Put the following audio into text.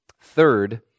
Third